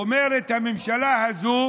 היא אומרת: בממשלה הזו